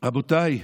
רבותיי,